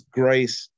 grace